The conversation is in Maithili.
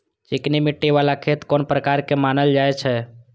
चिकनी मिट्टी बाला खेत कोन प्रकार के मानल जाय छै?